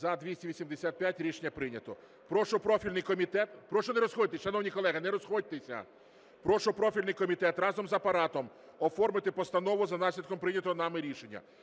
не розходиться. Прошу профільний комітет разом з Апаратом оформити постанову за наслідком прийнятого нами рішення.